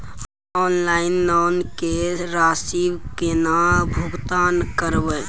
Online loan के राशि केना भुगतान करबे?